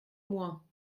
moi